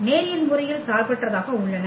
நேரியல் முறையில் சார்பற்றதாக உள்ளன